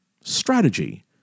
strategy